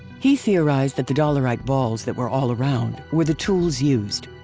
he theorized that the dolerite balls that were all around were the tools used.